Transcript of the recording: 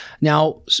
Now